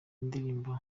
indirimbo